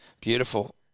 Beautiful